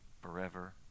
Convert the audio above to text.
forever